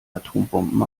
atombomben